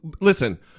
Listen